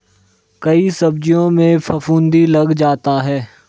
कई सब्जियों में फफूंदी लग जाता है